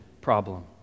problem